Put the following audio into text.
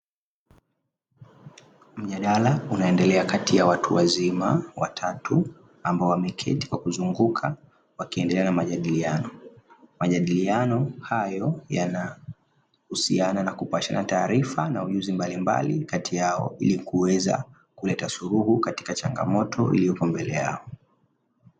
Mjadala unaendelea kati ya watu wazima watatu ambao wamekati kwa kuzunguka wakiendelea na majadiliano. Majadiliano hayo yana husiana na kupashana taarifa na ujuzi mbalimbali kati yao ili kuweza kuleta suluhu katika changamoto ilioko mbele yao.